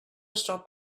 stop